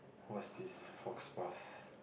what's this faux pas